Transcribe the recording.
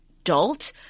adult